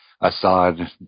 Assad